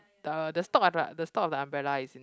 the the stalk the stalk of the umbrella is in